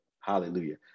Hallelujah